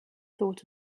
thought